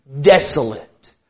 desolate